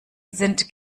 sind